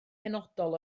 penodol